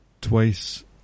twice